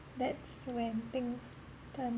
that's when things turn